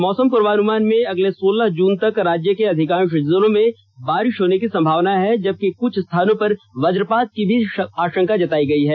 मौसम प्रर्वानुमान में अगले सोलह जून तक राज्य के अधिकांष जिलों में बारिष होने की संभावना है जबकि कुछ स्थानों पर वज्रपात की भी आषंका है